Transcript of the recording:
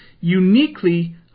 uniquely